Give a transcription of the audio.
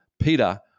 Peter